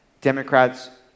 Democrats